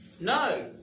No